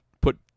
put